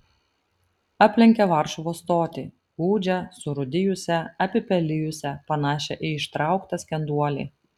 aplenkė varšuvos stotį gūdžią surūdijusią apipelijusią panašią į ištrauktą skenduolį